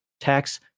tax